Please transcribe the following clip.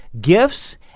gifts